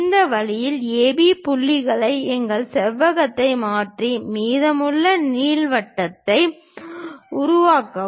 இந்த வழியில் AB புள்ளிகள் எங்கள் செவ்வகத்தை மாற்றி மீதமுள்ள நீள்வட்டத்தை உருவாக்குகின்றன